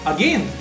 Again